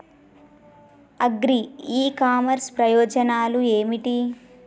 Agri e commerce ప్రయోజనాలు ఏమిటి?